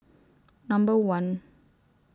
Number one